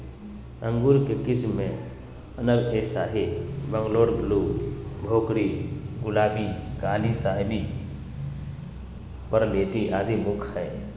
अंगूर के किस्म मे अनब ए शाही, बंगलोर ब्लू, भोकरी, गुलाबी, काली शाहवी, परलेटी आदि मुख्य हई